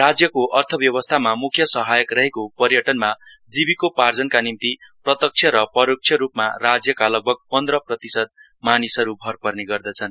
राज्यको अर्थव्यवस्थामा मुख्य सहायक रहेको पर्यटनमा जिविकोपार्जनका निम्ति प्रत्यक्ष या परोक्षरूपमा राज्यका लगभग पन्द्र प्रतिशत मानिसहरू भर पर्ने गर्नछन्